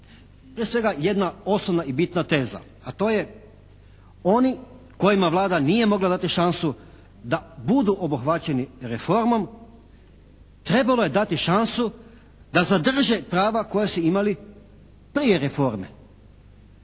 Prije svega jedna osnovna i bitna teza, a to je oni kojima Vlada nije mogla dati šansu da budu obuhvaćeni reformom, trebalo je dati šansu da zadrže prava koja su imali prije reforme.